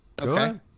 Okay